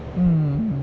mm